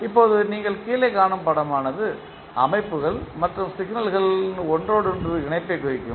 இப்போது நீங்கள் கீழே காணும் படமானது அமைப்புகள் மற்றும் சிக்னல்களின் ஒன்றோடொன்று இணைப்பைக் குறிக்கும்